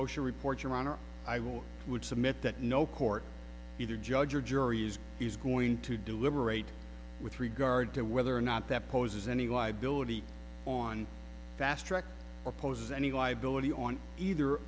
osha report your honor i will i would submit that no court either judge or jury is is going to deliberate with regard to whether or not that poses any liability on fast track opposes any liability on either